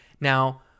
Now